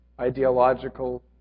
ideological